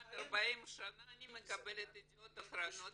כמעט 40 שנה מ קבלת ידיעות אחרונות